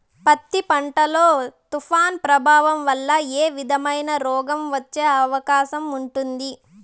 పత్తి పంట లో, తుఫాను ప్రభావం వల్ల ఏ విధమైన రోగం వచ్చే అవకాశం ఉంటుంది?